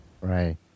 Right